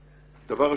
כחסר.